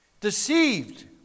deceived